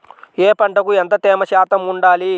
ఏ పంటకు ఎంత తేమ శాతం ఉండాలి?